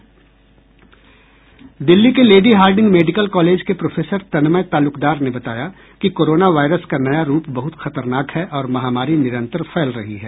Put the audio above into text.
दिल्ली के Lady Hardinge Medical College के professor Tanmay Talukdar ने बताया कि कोरोना वायरस का नया रूप बहुत खतरनाक है और महामारी निरंतर फैल रही है